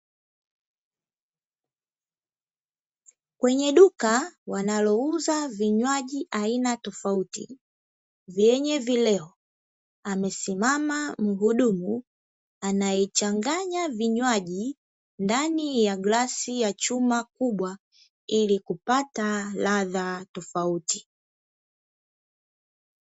Kwenye duka wanalouza vinywaji aina tofauti vyenye vileo, amesimama mhudumu anayechanganya vinywaji ndani ya glasi ya chuma kubwa, ili kupata ladha tofauti .